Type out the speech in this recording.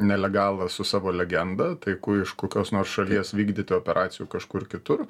nelegalą su savo legenda tai ku iš kokios nors šalies vykdyti operacijų kažkur kitur